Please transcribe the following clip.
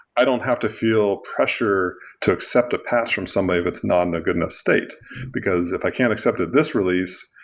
i don't have to feel pressure to accept a patch from somebody that's not in a good enough state because if i can't accept at this release,